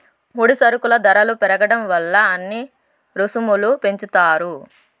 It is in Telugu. ముడి సరుకుల ధరలు పెరగడం వల్ల అన్ని రుసుములు పెంచుతారు